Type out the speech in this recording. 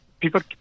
People